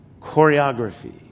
choreography